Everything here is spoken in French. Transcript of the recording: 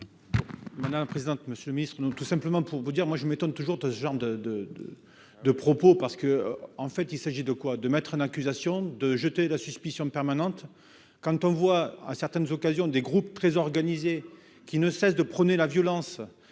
vote. La présidente, monsieur le Ministre, donc tout simplement pour vous dire, moi je m'étonne toujours de ce genre de, de, de, de propos parce que en fait il s'agit de quoi, de mettre en accusation de jeter la suspicion permanente quand on voit à certaines occasions, des groupes très organisés qui ne cesse de prôner la violence,